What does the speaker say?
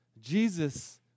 Jesus